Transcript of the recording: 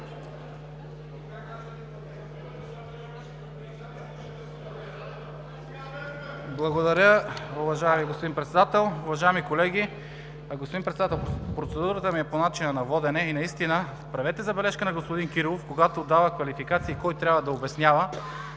Благодаря, уважаеми господин Председател, уважаеми колеги! Господин Председател, процедурата ми е по начина на водене. Наистина правете забележка на господин Кирилов, когато дава квалификации кой трябва да обяснява